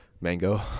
Mango